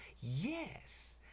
Yes